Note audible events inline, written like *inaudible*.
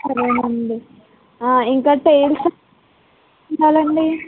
సరేనండి ఇంకా టైల్స్ *unintelligible* కావాలండి